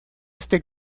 este